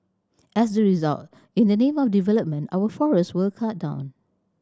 as a result in the name of development our forests were cut down